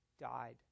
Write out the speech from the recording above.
died